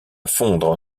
fondre